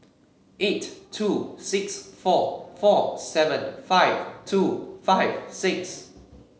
eight two six four four seven five two five six